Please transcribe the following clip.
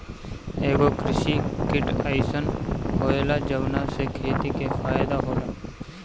एगो कृषि किट अइसन होएला जवना से खेती के फायदा होला